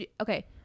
Okay